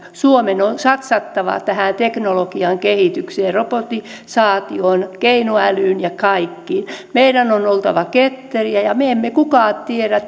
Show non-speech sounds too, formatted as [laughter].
suomen on satsattava tähän teknologian kehitykseen robotisaatioon keinoälyyn ja kaikkiin meidän on oltava ketteriä emmekä kukaan tiedä [unintelligible]